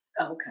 Okay